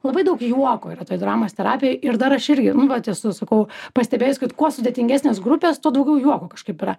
labai daug juoko yra toj dramos terapijoj ir dar aš irgi nu vat esu sakau pastebėjus kad kuo sudėtingesnės grupės tuo daugiau juoko kažkaip yra